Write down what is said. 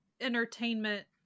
entertainment